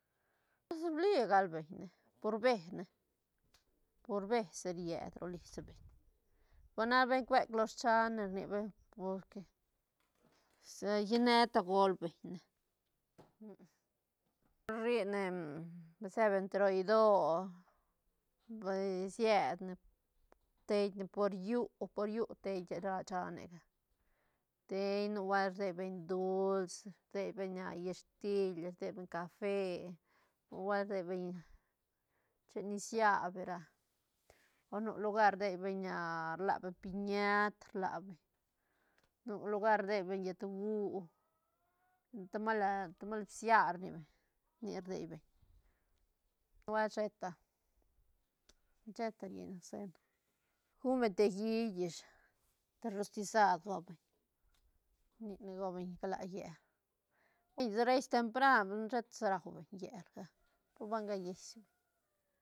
Pues uili gal beñ ne pur bee ne pur bee si ried ro lis beñ, ba na beñ cuek lo schan ne rni beñ porque se lline tagol beñ ne rri ne ba se beñ ta roido bal sied ne teine por llu por llu tei ra shanega tei nubuelt rdei beñ duls rdei beñ ah hiistil rdei beñ café o nubuelt rdei beñ chen nisiad ra o nu lugar rdei beñ rla beñ piñet rla beñ nu lugar rdei beñ yëtgú tamala- tamal bsia rni beñ nic rdei beñ nubuelt sheta- sheta riuñ ne sen guñ beñ te hiit ish te rostisad gau beñ nic ne gau beñ gala llel beñ ni res tempran sheta sa rau beñ llelga pur ba gallies beñ.